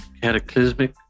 Cataclysmic